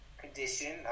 Condition